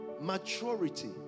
maturity